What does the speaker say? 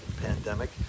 pandemic